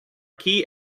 key